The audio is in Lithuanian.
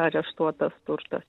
areštuotas turtas